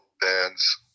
bands